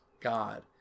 God